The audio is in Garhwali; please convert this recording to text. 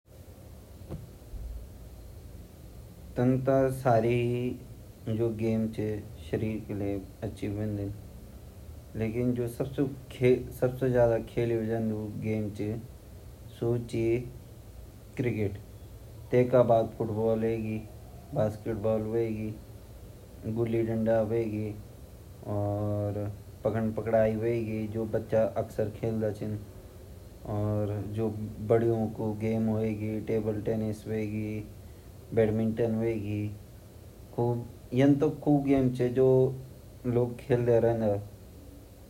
हमा देशा लवोग ता भाई क्रिकेट खेलाना कब्बडी खेलाना अर हॉकी, हॉकी हमा देशो राष्ट्रीय गेम ची ता हॉकी हम खेलने ची तो और भी छोटा मोटा खेल छिन सभी खेलन क्वे यन नी जे मा हमा देश पिछन ची सब माँ अगिन अगिन ची।